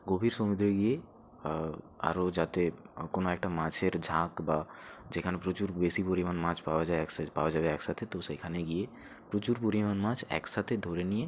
গভীর সমুদ্রে গিয়ে আরও যাতে কোনও একটা মাছের ঝাঁক বা যেখানে প্রচুর বেশি পরিমাণ মাছ পাওয়া যায় একসাথে পাওয়া যাবে একসাথে তো সেখানে গিয়ে প্রচুর পরিমাণ মাছ একসাথে ধরে নিয়ে